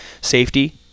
safety